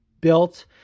built